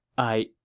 i,